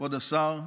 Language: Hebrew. כבוד השר,